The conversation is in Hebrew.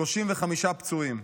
35 פצועים,